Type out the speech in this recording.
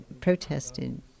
protested